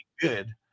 good